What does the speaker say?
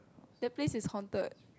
that place is haunted